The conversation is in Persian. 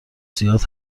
زیاد